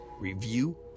review